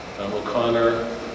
O'Connor